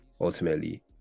ultimately